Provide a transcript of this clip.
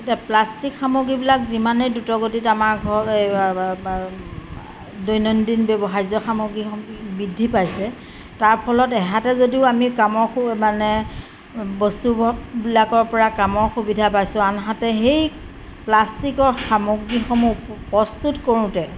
এতিয়া প্লাষ্টিক সামগ্ৰীবিলাক যিমানেই দ্ৰুতগতিত আমাৰ ঘৰ দৈনন্দিন ব্যৱহাৰ্য সামগ্ৰীসমূহ বৃদ্ধি পাইছে তাৰ ফলত এহাতে যদিও আমি কামৰ মানে বস্তুবোৰ বিলাকৰ পৰা কামৰ সুবিধা পাইছোঁ আনহাতে সেই প্লাষ্টিকৰ সামগ্ৰীসমূহ প্ৰস্তুত কৰোঁতে